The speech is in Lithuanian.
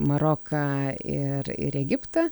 maroką ir ir egiptą